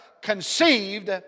conceived